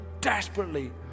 desperately